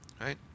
right